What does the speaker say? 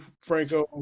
franco